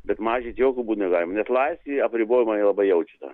bet mažint jokiu būdu negalima nes laisvėj apribojimai labai jaučia tą